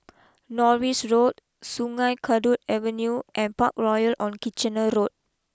Norris Road Sungei Kadut Avenue and Parkroyal on Kitchener Road